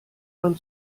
man